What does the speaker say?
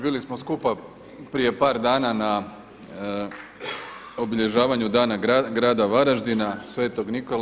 Bili smo skupa prije par dana na obilježavanju Dana Grada Varaždina Svetog Nikole.